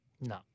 No